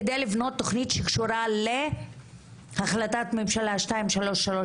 כדי לבנות תוכנית שקשורה להחלטת ממשלה 2331